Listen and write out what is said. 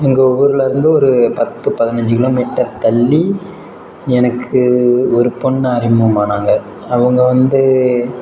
எங்கள் ஊரில் இருந்து ஒரு பத்து பதினைஞ்சு கிலோமீட்டர் தள்ளி எனக்கு ஒரு பொண்ணு அறிமுகமானாங்க அவங்க வந்து